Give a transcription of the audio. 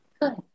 Good